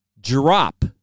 drop